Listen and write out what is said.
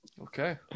Okay